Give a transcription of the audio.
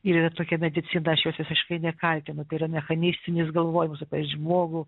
ir yra tokia medicina aš jos visiškai nekaltinu tai yra mechanistinis galvojimas apie žmogų